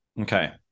Okay